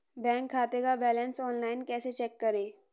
Bank खाते का balance online कैसे चेक करें?